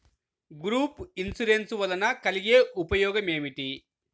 Group insurance వలన కలిగే ఉపయోగమేమిటీ?